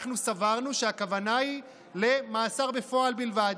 אנחנו סברנו שהכוונה היא למאסר בפועל בלבד,